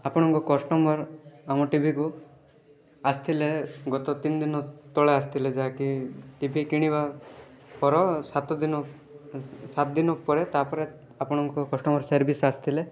ଆପଣଙ୍କ କଷ୍ଟମର୍ ଆମ ଟିଭିକୁ ଆସଥିଲେ ଗତ ତିନି ଦିନ ତଳେ ଆସଥିଲେ ଯାହାକି ଟି ଭି କିଣିବା ପର ସାତଦିନ ସାତଦିନ ପରେ ତା'ପରେ ଆପଣଙ୍କ କଷ୍ଟମର୍ ସର୍ଭିସ୍ ଆସିଥିଲେ